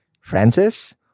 Francis